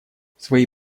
свои